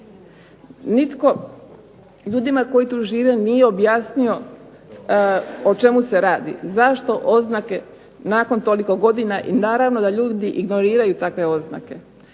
Nitko ljudima koji tu žive nije objasnio o čemu se radi, zašto oznake nakon toliko godina i naravno da ljudi ignoriraju takve oznake.